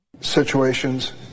Situations